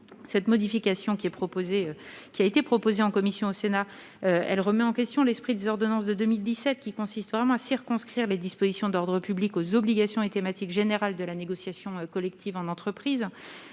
est proposé, qui a été proposé en commission au Sénat, elle remet en question l'esprit des ordonnances de 2017 qui consiste vraiment à circonscrire les dispositions d'ordre public aux obligations et thématique générale de la négociation collective en entreprise